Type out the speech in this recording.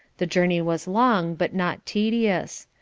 the journey was long, but not tedious.